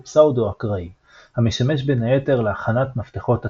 פסאודו-אקראי המשמש בין היתר להכנת מפתחות הצפנה,